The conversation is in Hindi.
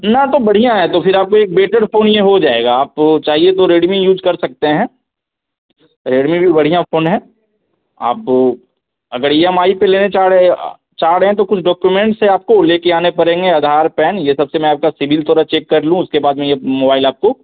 ना तो बढ़िया है तो फिर आप एक बेटर फ़ोन यह हो जाएगा आप चाहिए तो रेडमी यूज कर सकते हैं रेडमी भी बढ़िया फ़ोन है आप अगर ई एम आई पर लेना चाह रहें चाह रहे हैं तो कुछ डॉक्यूमेंट्स आपको लेकर आने पड़ेंगे अधार पैन यह सब से मैं आपका सिबिल थोड़ा चेक कर लूँ उसके बाद में ये मोबाइल आपको